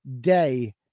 day